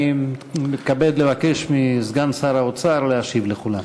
אני מתכבד לבקש מסגן שר האוצר להשיב לכולם.